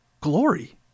glory